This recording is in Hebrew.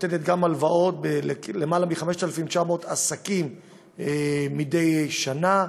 נותנת גם הלוואות ליותר מ-5,900 עסקים מדי שנה,